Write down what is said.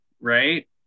right